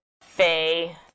Faye